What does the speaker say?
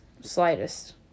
Slightest